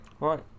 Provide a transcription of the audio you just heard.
Right